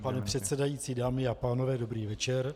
Pane předsedající, dámy a pánové, dobrý večer.